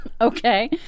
Okay